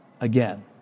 again